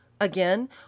again